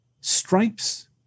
Stripes